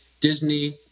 Disney